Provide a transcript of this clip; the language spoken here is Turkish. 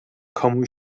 kamu